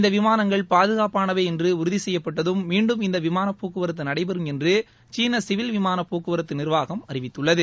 இந்த விமானங்கள் பாதுகாப்பானவை என்று உறுதி செய்யப்பட்டதும் மீண்டும் இந்த விமான போக்குவரத்து நடைபெறும் என்று சீன சிவில் விமான போக்குவரத்து நிர்வாகம் அறிவித்துள்ளது